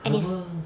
herbal